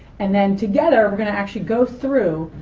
and then together, we're going to actually go through,